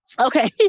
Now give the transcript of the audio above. Okay